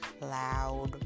loud